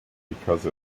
because